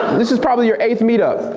this is probably your eighth meetup.